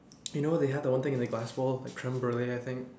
you know they have the one thing in a glass bowl creme brulee I think